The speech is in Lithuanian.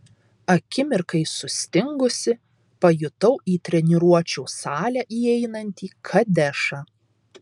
akimirkai sustingusi pajutau į treniruočių salę įeinantį kadešą